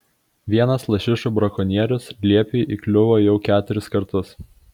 vienas lašišų brakonierius liepiui įkliuvo jau keturis kartus